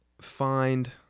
find